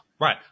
Right